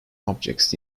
objects